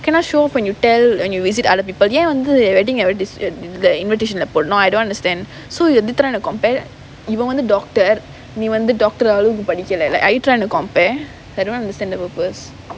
cannot show off when you tell when you visit other people ஏன் வந்து:yaen vanthu wedding ah இதுல:ithula invitation lah போடனும்:podanum no I don't understand so you trying to compare இவன் வந்து:ivan vanthu doctor நீ வந்து:nee vanthu doctor அளவுக்கு படிக்கல:alavukku padikkala like are you trying to compare I don't understand the purpose